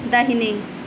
दाहिने